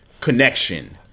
connection